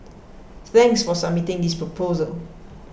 thanks for submitting this proposal